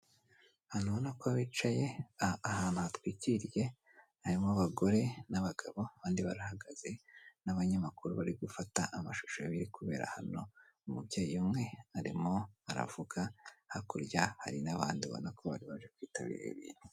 Abantu ubona ko bicaye ahantu hatwikiriye harimo abagore n'abagabo, abandi barahagaze n'abanyamakuru bari gufata amashusho y'ibiri kubera hano umubyeyi umwe arimo aravuga hakurya hari n'abandi ubona ko bari baje kwitabira ibi bintu.